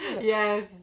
Yes